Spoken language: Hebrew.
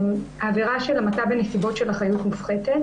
בעבירה של המתה בנסיבות של אחריות מופחתת